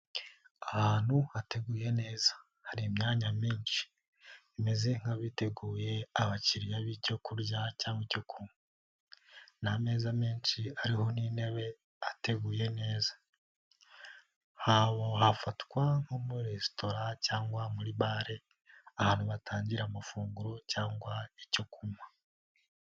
Ahantu hateguye neza, hari imyanya myinshi, imeze nk'abiteguye abakiriya b'icyo kurya cyangwa icyo kunywa n'ameza menshi ariho n'intebe ateguye neza, hafatwa nko muri resitora cyangwa muri bare ahantu batangira amafunguro cyangwa icyo kunywa.